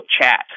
chat